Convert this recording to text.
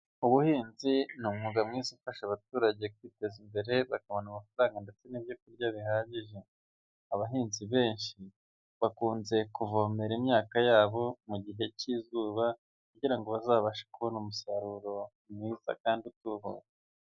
Ubuhinzi ni umwuga mwiza ufasha abaturage kwiteza imbere bakabona amafaranga ndetse n’ibyokurya bihagije. Abahinzi benshi bakunze kuvomera imyaka yabo mu gihe cy’izuba kugira ngo bazabashe kubona umusaruro mwiza kandi utubutse.